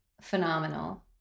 phenomenal